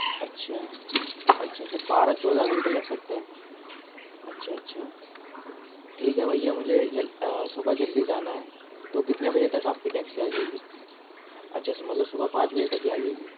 اچھا اچھا اچھا بارہ چودہ گھنٹے لگ سکتے ہیں اچھا اچھا ٹھیک ہے بھیا مجھے صبح جلدی جانا ہے تو کتنے بجے تک آپ کی ٹیکسی آ جائے گی اچھا مطلب صبح پانچ بجے تک ہی آ جائے گی